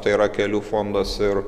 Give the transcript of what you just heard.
tai yra kelių fondas ir